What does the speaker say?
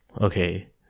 okay